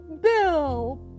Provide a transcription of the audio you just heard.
Bill